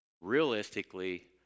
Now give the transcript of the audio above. realistically